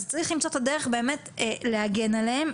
אז צריך למצוא את הדרך להגן עליהם,